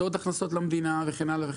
זה עוד הכנסות למדינה וכן הלאה.